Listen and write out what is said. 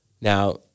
Now –